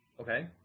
Okay